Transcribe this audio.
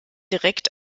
direkt